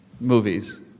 Movies